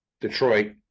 Detroit